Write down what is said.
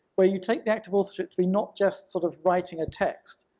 where you take the act of authorship to be not just sort of writing a text,